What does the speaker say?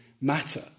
matter